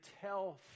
tell